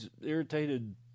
irritated